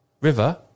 River